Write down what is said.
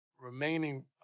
Remaining